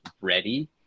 ready